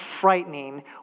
frightening